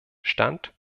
stand